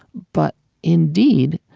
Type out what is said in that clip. but indeed,